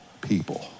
people